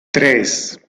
tres